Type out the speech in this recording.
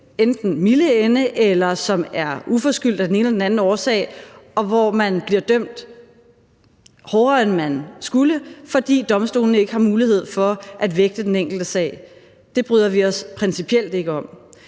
den milde ende, eller som af den ene eller den anden årsag er uforskyldt, og hvor man bliver dømt hårdere, end man skulle, fordi domstolene ikke har mulighed for at vægte den enkelte sag. Det bryder vi os principielt ikke om.